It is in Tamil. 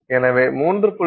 எனவே 3